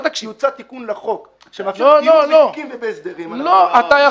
אם יוצע תיקון לחוק שמאפשר עיון בתיקים ובהסדרים --- תפסיקו,